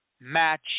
match